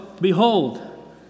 Behold